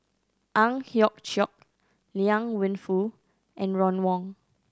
Ang Hiong Chiok Liang Wenfu and Ron Wong